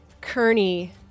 Kearney